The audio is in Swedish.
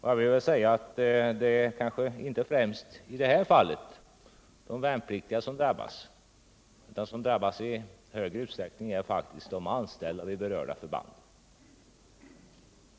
I det här fallet är det kanske inte främst de värnpliktiga som drabbas. De anställda vid berörda förband drabbas faktiskt i större utsträckning.